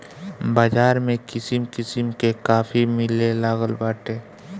बाज़ार में किसिम किसिम के काफी मिलेलागल बाटे